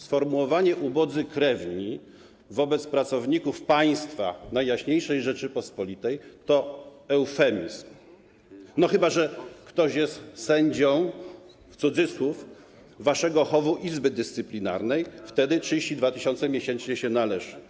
Sformułowanie „ubodzy krewni” wobec pracowników państwa, Najjaśniejszej Rzeczypospolitej, to eufemizm, chyba że ktoś jest „sędzią” waszego chowu Izby Dyscyplinarnej, wtedy 32 tys. miesięcznie się należy.